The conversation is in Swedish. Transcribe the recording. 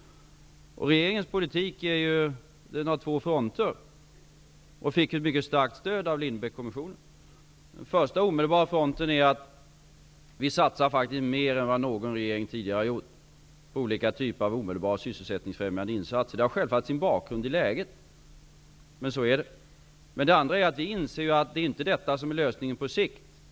Regeringens politik har två fronter. Den fick ett mycket starkt stöd av Lindbeckkommissionen. Den första omedelbara fronten är att vi faktiskt satsar mer än vad någon regering tidigare har gjort på olika typer av omedelbara sysselsättningsfrämjande insatser. Detta har självfallet sin bakgrund i nuvarande läge, men så är det. Den andra är att vi inser att det inte är detta som är lösningen på sikt.